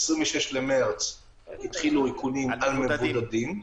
ב-26 במרץ התחילו איכונים על מבודדים,